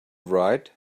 write